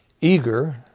eager